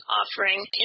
offering